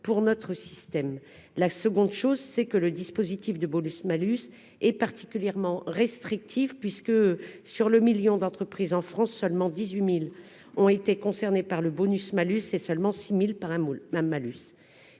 la seconde chose, c'est que le dispositif de bonus-malus est particulièrement restrictive puisque, sur le 1000000 d'entreprises en France, seulement 18000 ont été concernés par le bonus-malus et seulement 6000 par un moule